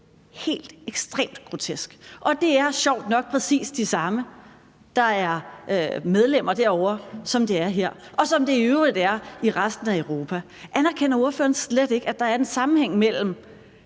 helt ekstremt grotesk, og det er sjovt nok præcis de samme, der er medlemmer af banderne derovre, som det er her, og som det i øvrigt er i resten af Europa. Anerkender ordføreren slet ikke, at der er en sammenhæng mellem